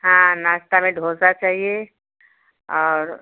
हाँ नाश्ते में डोसा चाहिए और